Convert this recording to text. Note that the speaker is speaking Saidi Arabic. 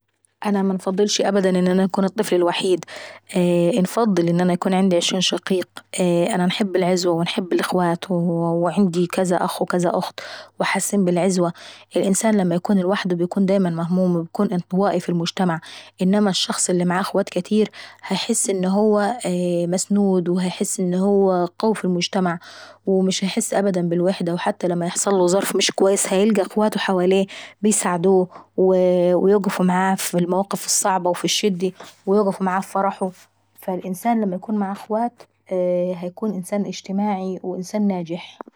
انا منفضلش ابدا ان انا نكون الطفل الوحيد، انفضل ان انا يكون عندي عشرين شقيق. انا نحب العزوة ونحب الاخوات، وعندي كا أخ وكا أخت وحاسين بالعزوة. الانسان لما يكون لوحده بيكون دايما مهموم و بيكون انطوائي ي المجتمع. انما الشخص الري معاه اخوات كاتير بيحس انه هو مسنود و بيحس ان هو قوي في المجتمع ومش بيحس ابدا بالوحدة، حتى لما يحصله موقف مش كويس هيلقى اخواته حواليه عيساعدوه، ويوقفوا معاه في وقت الشدي، ويوقفوا معاه في فرحه فالانسان لما يكون معاه اخوات هيكون انسان اجتماعي وانسان ناجح.